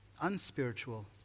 unspiritual